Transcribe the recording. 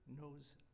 knows